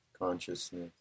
consciousness